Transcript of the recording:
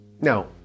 Now